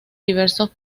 diversos